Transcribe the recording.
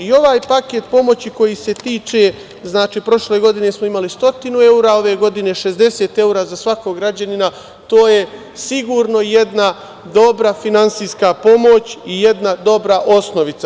I ovaj paket pomoći koji se tiče, znači, prošle godine smo imali 100 evra, a ove godine 60 evra za svakog građanina, to je sigurno jedna dobra finansijska pomoć i jedna dobra osnovica.